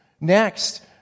Next